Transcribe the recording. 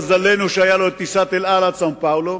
מזלנו שהיה לו טיסת "אל על" עד סאו-פאולו,